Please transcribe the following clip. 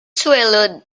swallow